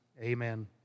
amen